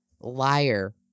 Liar